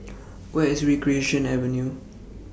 Where IS Recreation Avenue